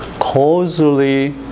Causally